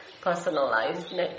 personalized